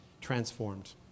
transformed